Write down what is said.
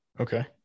Okay